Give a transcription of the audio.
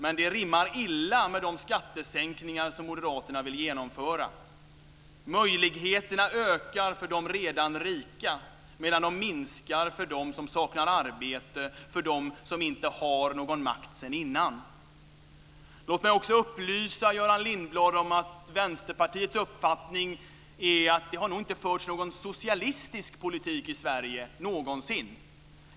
Men det rimmar illa med de skattesänkningar som moderaterna vill genomföra. Möjligheterna ökar för de redan rika, medan de minskar för dem som saknar arbete, för dem som inte har någon makt innan. Låt mig också upplysa Göran Lindblad om att Vänsterpartiets uppfattning är att det nog inte har förts någon socialistisk politik i Sverige någonsin.